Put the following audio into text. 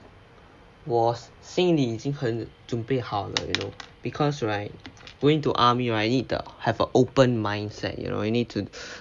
我心里已经很准备好了 you know because right going to army right need to have a open mindset you know you need to